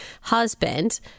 husband